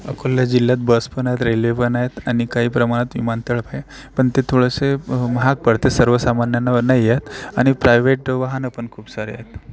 अकोला जिल्ह्यात बस पण आहेत रेल्वे पण आहेत आणि काही प्रमाणात विमानतळ पण आहे पण ते थोडेसे महाग पडते सर्वसामान्यांना नाही आहेत आणि प्रायव्हेट वाहनं पण खूप सारे आहेत